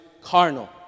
carnal